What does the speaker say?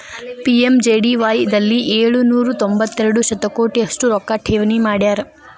PMJDY ದಲ್ಲಿ ಏಳು ನೂರ ತೊಂಬತ್ತೆರಡು ಶತಕೋಟಿ ಅಷ್ಟು ರೊಕ್ಕ ಠೇವಣಿ ಮಾಡ್ಯಾರ